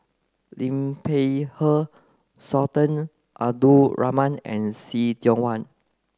Liu Peihe Sultan Abdul Rahman and See Tiong Wah